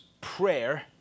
prayer